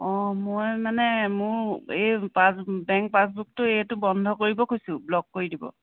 অঁ মই মানে মোৰ এই পাছ বেংক পাছবুকটো এইটো বন্ধ কৰিব খুজিছোঁ ব্লক কৰি দিব